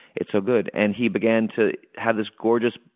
it's so good. and he began to have this gorgeous,